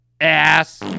Ass